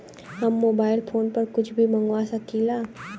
हम mobile phone पर कुछ भी मंगवा सकिला?